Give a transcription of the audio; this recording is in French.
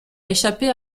échapper